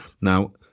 Now